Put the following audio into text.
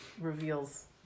reveals